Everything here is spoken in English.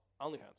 OnlyFans